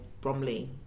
Bromley